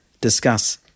Discuss